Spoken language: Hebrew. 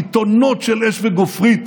קיתונות של אש וגופרית